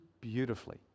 beautifully